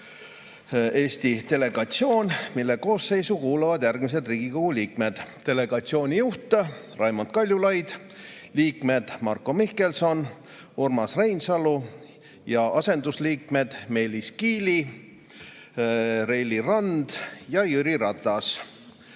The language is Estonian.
Eesti delegatsioon, mille koosseisu kuuluvad järgmised Riigikogu liikmed: delegatsiooni juht Raimond Kaljulaid, liikmed Marko Mihkelson ja Urmas Reinsalu ning asendusliikmed Meelis Kiili, Reili Rand ja Jüri Ratas.